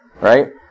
right